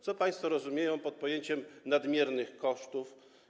Co państwo rozumieją pod pojęciem „nadmierne koszty”